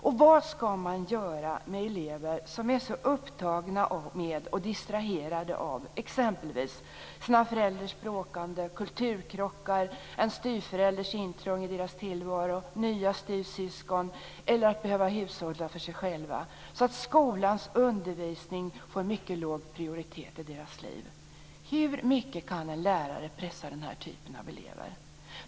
Och vad ska man göra med elever som är så upptagna med och distraherade av exempelvis sina föräldrars bråkande, kulturkrockar, en styvförälders intrång i deras tillvaro, nya styvsyskon eller att behöva hushålla för sig själva så att skolans undervisning får mycket låg prioritet i deras liv? Hur mycket kan en lärare pressa den här typen av elever?